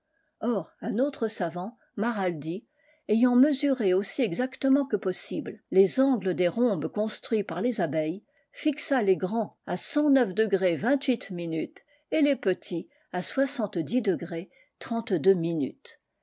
or un autre savant maraldi ayant mesuré aussi exactement que possible les angles des rliombes construits par les abeilles fixa les grands à hui et les petits à soixante-dix degrés